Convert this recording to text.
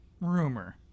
rumor